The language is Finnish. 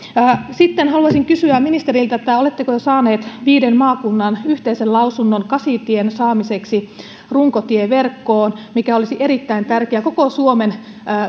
sitten haluaisin kysyä ministeriltä oletteko jo saaneet viiden maakunnan yhteisen lausunnon kasitien saamiseksi runkotieverkkoon mikä olisi erittäin tärkeää koko suomen